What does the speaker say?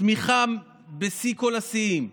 צמיחה בשיא כל השיאים,